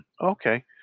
Okay